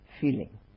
feeling